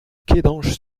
kédange